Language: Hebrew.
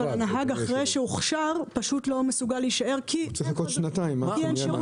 אבל אחרי שהנהג הוכשר הוא לא מסוגל להישאר כי אין שירותים ועוד.